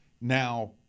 Now